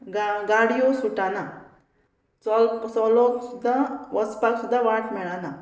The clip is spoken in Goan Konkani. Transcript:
गा गाडयो सुटना चोल चलोन सुद्दां वचपाक सुद्दां वाट मेळना